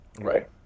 right